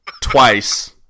twice